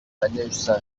manège